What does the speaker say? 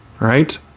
right